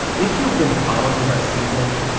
if you've been following our season,